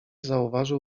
zauważył